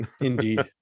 indeed